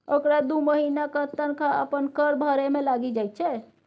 ओकरा दू महिनाक तनखा अपन कर भरय मे लागि जाइत छै